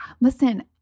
Listen